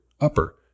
upper